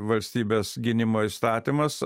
valstybės gynimo įstatymas